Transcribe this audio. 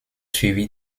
suivi